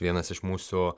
vienas iš mūsų